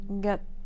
get